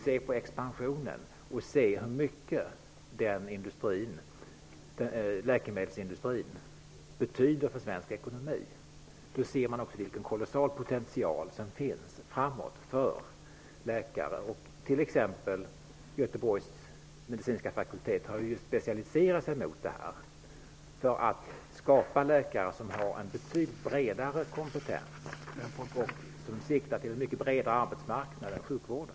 Se på expansionen inom läkemedelsindustrin och hur mycket den industrin betyder för svensk ekonomi. Då ser man också vilken kolossal potential som finns i framtiden för läkare. Göteborgs medicinska fakultet har ju specialiserat sig i just denna riktning för att skapa läkare som har en bredare kompetens och som har en mycket bredare arbetsmarknad än bara sjukvården.